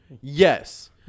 yes